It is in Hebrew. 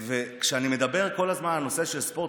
כשאני מדבר כל הזמן על הנושא של ספורט,